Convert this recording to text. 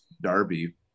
Darby